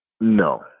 No